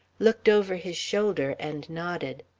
looked over his shoulder, and nodded.